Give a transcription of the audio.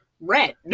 red